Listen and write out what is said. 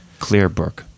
Clearbrook